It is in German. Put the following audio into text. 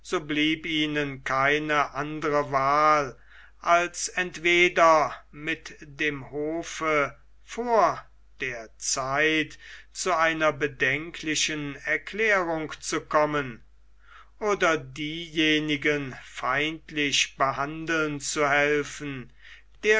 blieb ihnen keine andere wahl als entweder mit dem hofe vor der zeit zu einer bedenklichen erklärung zu kommen oder diejenigen feindlich behandeln zu helfen